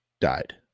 died